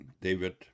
David